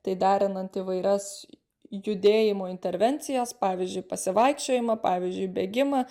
tai derinant įvairias judėjimo intervencijas pavyzdžiui pasivaikščiojimą pavyzdžiui bėgimą